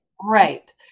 Right